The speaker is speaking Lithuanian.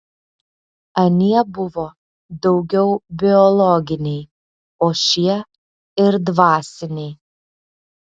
anie buvo daugiau biologiniai o šie ir dvasiniai